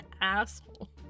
asshole